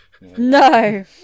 No